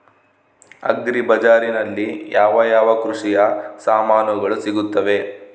Agri ಬಜಾರಿನಲ್ಲಿ ಯಾವ ಯಾವ ಕೃಷಿಯ ಸಾಮಾನುಗಳು ಸಿಗುತ್ತವೆ?